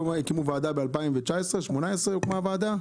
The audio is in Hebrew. הקימו ועדה, ב-2018 הוקמה הוועדה?